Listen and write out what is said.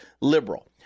liberal